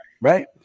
right